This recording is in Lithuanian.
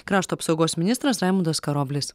krašto apsaugos ministras raimundas karoblis